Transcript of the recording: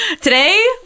Today